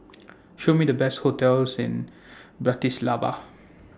Show Me The Best hotels in Bratislava